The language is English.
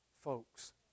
Folks